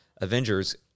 Avengers